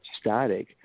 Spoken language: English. static